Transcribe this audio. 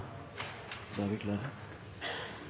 Da er vi